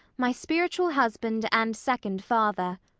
my spiritual husband and second father.